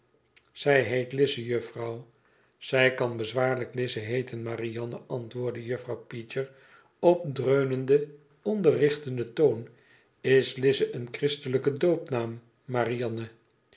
izij heet lize juffrouw zij kan bezwaarlijk lize heeten marianne antwoordde juffrouw peecher op dreunenden onderrichtenden toon is lize een christelijke doopnaam marianne